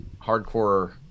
hardcore